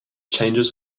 changes